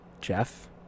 Jeff